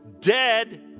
dead